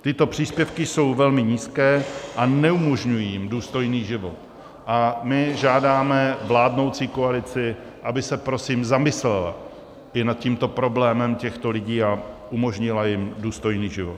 Tyto příspěvky jsou velmi nízké a neumožňují jim důstojný život a my žádáme vládnoucí koalici, aby se prosím zamyslela i nad tímto problémem těchto lidí a umožnila jim důstojný život.